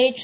நேற்று